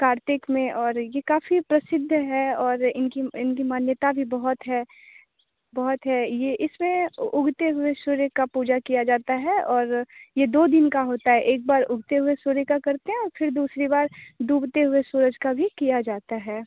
कार्तिक में और ये काफ़ी प्रसिद्ध है और इनकी इनकी मान्यता भी बहुत है बहुत है ये इसमें उ उगते हुए सूर्य का पूजा किया जाता है और ये दो दिन का होता है एक बार उगते हुए सूर्य का करते हैं और फिर दूसरी बार डूबते हुए सूरज का भी किया जाता है